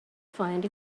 find